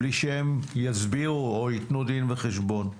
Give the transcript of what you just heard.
בלי שהם יסבירו או ייתנו דין וחשבון.